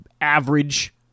average